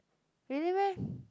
really meh